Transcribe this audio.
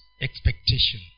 expectation